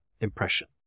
impression